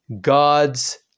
God's